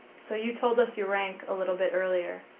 so you told us your rank a little bit earlier.